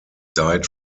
died